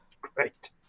Great